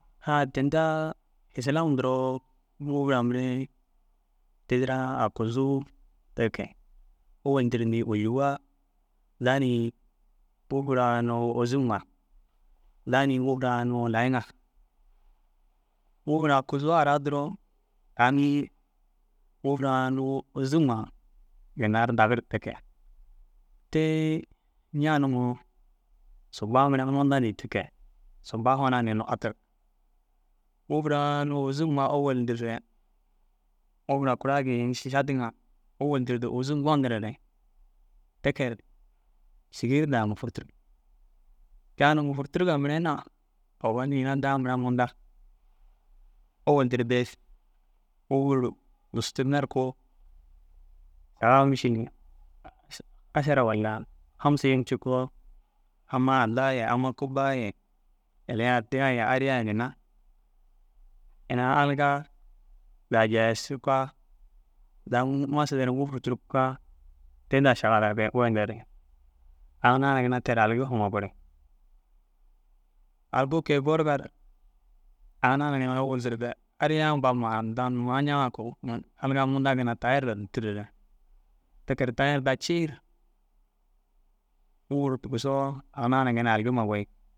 Ah tinda islam duroo ŋûfur mire tîdiraa aguzuu te ke. Ôwel dire ni ôljuwa da ni ŋûfur ôzum ŋa, da ni ŋûfur layi ŋa. Ŋûfur aguzuu ara duro aŋ ŋûfur a nu ôzum ŋa ginna ru dagir te ke. Te « ñaa? » nuuwoo, suba mere munda ni te ke. Suba hunaã ni nufaturig. Ŋûfur ôzum ŋa ôwel diru re ŋûfura kura gii ini šiša dîiŋa ôwel dire ôzum gondire re te ke ru šigir ŋûfurtirgi. Kêi ai ŋûfurtuga mere na owoni ina daa munda. Ôwel diru ŋûfur dusutinne ru kuu saga mîšil ašara walla hamsa yum cikoo amma addaa ye amma kubbaa ye yaliya addiya ye ariya ye ginna ina algaa za jayašukaa daa m- masidi ere ŋûfur curukugaa te da šagala ge- goyindi re aŋ naana ginna teru aligi huma gorigi. Aligi kêi gorga ru aŋ naana ôwel zur de ariya babuma harandaa hunoo, añaa ŋa ko aliga munda ginna tayer daa dutur ere te ke ru tayer daa ciir ŋûfur tigisoo aŋ naana aligi huma goyiŋ.